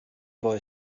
boy